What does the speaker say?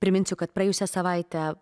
priminsiu kad praėjusią savaitę